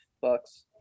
bucks